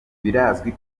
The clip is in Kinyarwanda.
birazwi